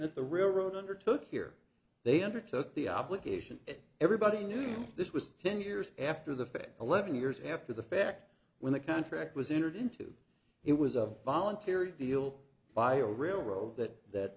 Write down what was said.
that the railroad undertook here they undertook the obligation if everybody knew this was ten years after the fact eleven years after the fact when the contract was entered into it was a voluntary deal by a railroad that